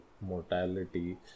mortality